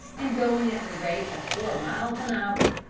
and going at the rate of four miles an hour.